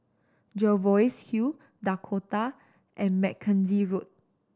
Jervois Hill Dakota and Mackenzie Road